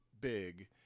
big